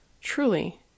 Truly